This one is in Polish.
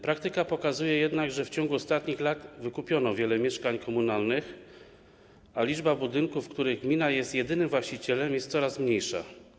Praktyka pokazuje jednak, że w ciągu ostatnich lat wykupiono wiele mieszkań komunalnych, a liczba budynków, w których gmina jest jedynym właścicielem, jest coraz mniejsza.